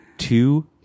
Two